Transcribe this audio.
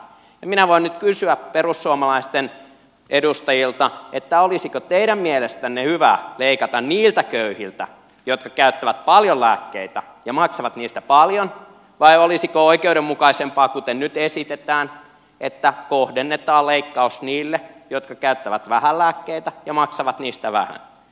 minä voin nyt kysyä perussuomalaisten edustajilta olisiko teidän mielestänne hyvä leikata niiltä köyhiltä jotka käyttävät paljon lääkkeitä ja maksavat niistä paljon vai olisiko oikeudenmukaisempaa kuten nyt esitetään että kohdennetaan leikkaus niille jotka käyttävät vähän lääkkeitä ja maksavat niistä vähän